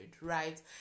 right